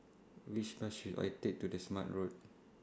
Which Bus should I Take to The Smart Road